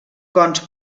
cons